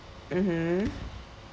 mmhmm